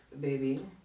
baby